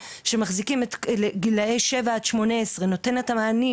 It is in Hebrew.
שמחזיקים את גילאי 7 עד 18 נותן את המענים,